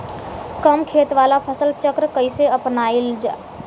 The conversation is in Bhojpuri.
कम खेत वाला फसल चक्र कइसे अपनाइल?